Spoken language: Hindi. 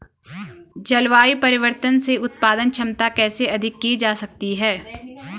जलवायु परिवर्तन से उत्पादन क्षमता कैसे अधिक की जा सकती है?